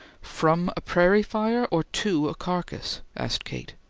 from a prairie fire, or to a carcass? asked kate.